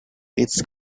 its